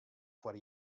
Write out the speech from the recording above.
foar